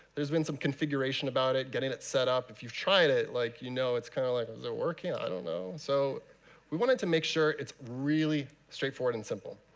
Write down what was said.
there's been some configuration about it, getting it set up. if you've tried it, like you know it's kind of like is it ah working? i don't know. so we wanted to make sure it's really straightforward and simple.